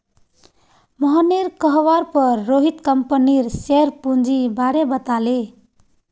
मोहनेर कहवार पर रोहित कंपनीर शेयर पूंजीर बारें बताले